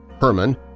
Herman